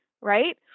right